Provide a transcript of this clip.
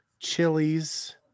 Chilies